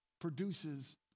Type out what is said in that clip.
produces